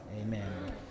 Amen